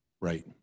Right